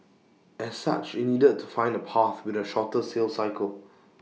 as such IT needed to find A path with A shorter sales cycle